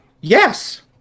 yes